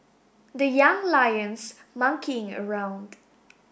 the Young Lions monkeying around